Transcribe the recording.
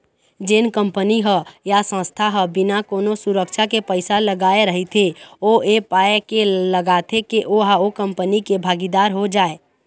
जेन कंपनी ह या संस्था ह बिना कोनो सुरक्छा के पइसा लगाय रहिथे ओ ऐ पाय के लगाथे के ओहा ओ कंपनी के भागीदार हो जाय